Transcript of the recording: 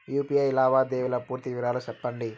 UPI లావాదేవీల పూర్తి వివరాలు సెప్పండి?